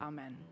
Amen